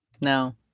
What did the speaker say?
No